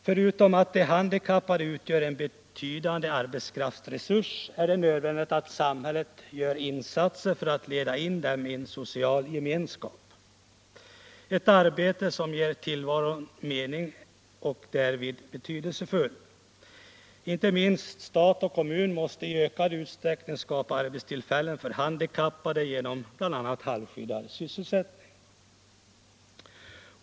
Förutom att de handikappade utgör en betydande arbetskraftsresurs är det nödvändigt att samhället gör insatser för att leda in dem i den sociala gemenskapen. Ett arbete som ger tillvaron mening är därvidlag betydelsefullt. Inte minst stat och kommun måste i ökad utsträckning skapa arbetstillfällen för handikappade, bl.a. genom halvskyddad sysselsättning.